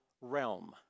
realm